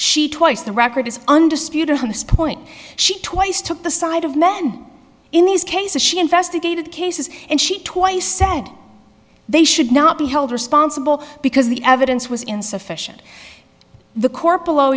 she twice the record is undisputed on this point she twice took the side of men in these cases she investigated cases and she twice said they should not be held responsible because the evidence was insufficient the co